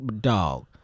dog